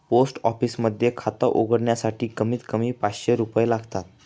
post office मध्ये खात उघडण्यासाठी कमीत कमी पाचशे रुपये लागतात